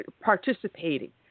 participating